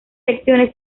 lecciones